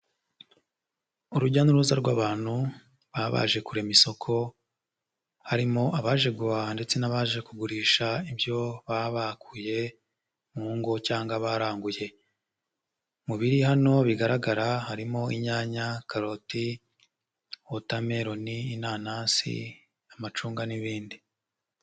Urujya n'uruza rw'abantu baba baje kurema isoko, harimo abaje guhaha ndetse n'abaje kugurisha ibyo baba bakuye mu ngo cyangwa baranguye. Mu biri hano bigaragara harimo: inyanya, karoti, watermelon, inanasi, amacunga n'ibindi.